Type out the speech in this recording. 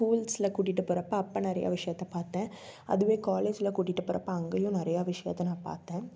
ஸ்கூல்ஸில் கூட்டிகிட்டு போகிறப்ப அப்போ நிறையா விஷயத்தை பார்த்தேன் அதுவே காலேஜில் கூட்டிகிட்டு போகிறப்ப அங்கேயும் நிறையா விஷயத்தை நான் பார்த்தேன்